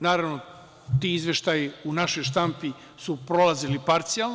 Naravno, ti izveštaji u našoj štampi su prolazili parcijalno.